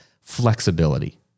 flexibility